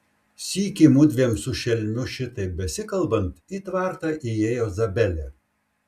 sykį mudviem su šelmiu šitaip besikalbant į tvartą įėjo zabelė